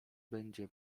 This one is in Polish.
będzie